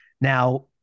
now